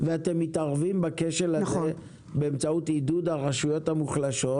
ואתם מתערבים בכשל הזה באמצעות עידוד הרשויות המוחלשות,